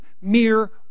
mere